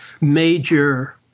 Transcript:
major